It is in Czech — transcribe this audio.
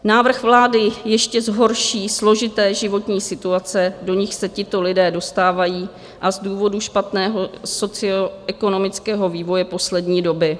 Návrh vlády ještě zhorší složité životní situace, do nichž se tito lidé dostávají, a z důvodu špatného socioekonomického vývoje poslední doby.